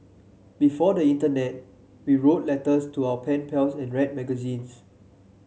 before the internet we wrote letters to our pen pals and read magazines